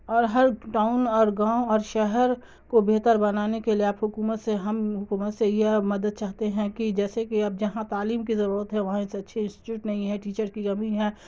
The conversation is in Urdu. اور ہر ٹاؤن اور گاؤں اور شہر کو بہتر بنانے کے لیے آپ حکومت سے ہم حکومت سے یہ مدد چاہتے ہیں کہ جیسے کہ اب جہاں تعلیم کی ضرورت ہے وہاں ایسے اچھے انسٹیٹیوٹ نہیں ہے ٹیچر کی کمی ہے